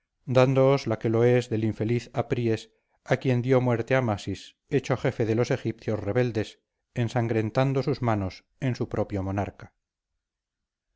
dándoos la que lo es del infeliz apries a quien dio muerte amasis hecho jefe de los egipcios rebeldes ensangrentando sus manos en su propio monarca